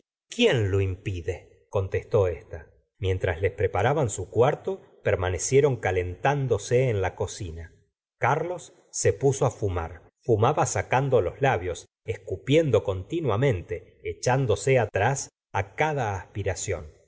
quién lo impide contestó esta mientras les preparaban su cuarto permanecieron calentándose en la cocina carlos se puso a fumar fumaba sacando los labios escupiendo continuamente echándose atrás cada aspiración